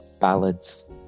ballads